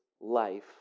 life